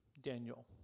Daniel